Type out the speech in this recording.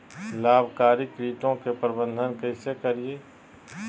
लाभकारी कीटों के प्रबंधन कैसे करीये?